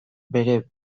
bere